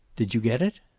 did you get it?